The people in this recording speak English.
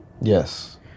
Yes